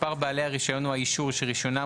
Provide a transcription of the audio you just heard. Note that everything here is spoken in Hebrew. מספר בעלי הרישיון או האישור שרישיונם